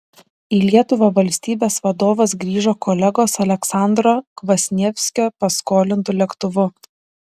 į lietuvą valstybės vadovas grįžo kolegos aleksandro kvasnievskio paskolintu lėktuvu